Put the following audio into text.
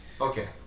Okay